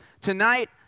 tonight